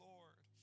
Lord